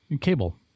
cable